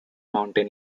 mountain